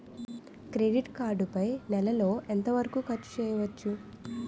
Credit card పై నెల లో ఎంత వరకూ ఖర్చు చేయవచ్చు?